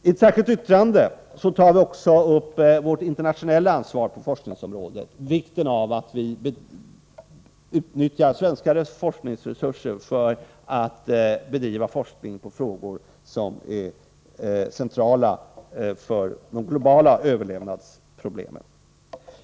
I ett särskilt yttrande tar vi upp vårt internationella ansvar på forskningsområdet, vikten av att vi utnyttjar svenska forskningsresurser för att bedriva forskning i frågor som är centrala för de globala överlevnadsproblemen.